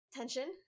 tension